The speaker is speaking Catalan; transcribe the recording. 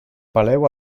peleu